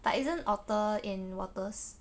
but isn't otter in waters